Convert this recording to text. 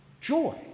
joy